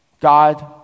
God